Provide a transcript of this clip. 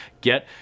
get